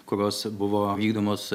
kurios buvo vykdomos